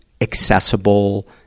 accessible